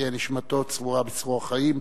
תהיה נשמתו צרורה בצרור החיים.